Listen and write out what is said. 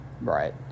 Right